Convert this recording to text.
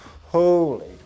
Holy